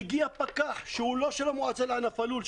מגיע פקח שהוא לא של המועצה לענף הלול,